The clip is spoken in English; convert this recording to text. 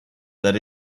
that